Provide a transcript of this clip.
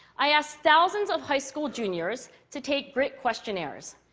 i asked thousands of high school juniors to take grit questionnaires,